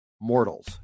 mortals